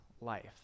life